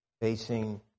facing